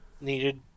needed